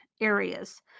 areas